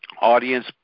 audience